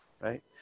right